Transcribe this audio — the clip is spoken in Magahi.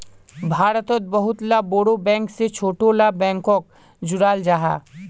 भारतोत बहुत ला बोड़ो बैंक से छोटो ला बैंकोक जोड़ाल जाहा